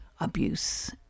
abuse